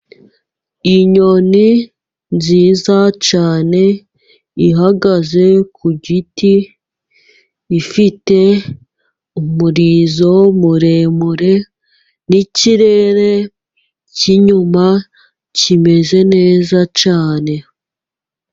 Inyoni nziza cyane ihagaze ku giti, ifite umurizo muremure, n'ikirere cy'inyuma kimeze neza cyane.